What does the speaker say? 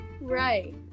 Right